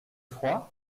froid